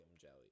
jelly